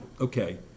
okay